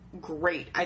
great